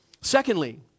Secondly